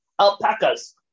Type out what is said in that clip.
alpacas